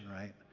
right